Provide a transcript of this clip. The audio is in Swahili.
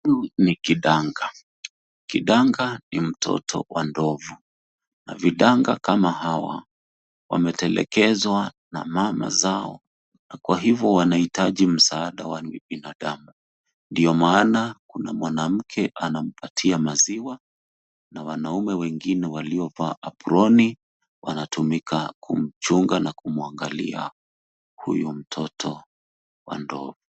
Huyu ni kidanga. Kidanga ni mtoto wa ndovu na vidanga kama hawa wametelekezwa na mama zao na kwa hivyo wanahitaji msaada wa binadamu, ndio maana kuna mwanamke anampatia maziwa na wanaume wengine waliovaa aproni wanatumika kumchunga na kumwangalia huyu mtoto wa ndovu.